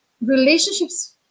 relationships